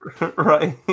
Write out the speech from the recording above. Right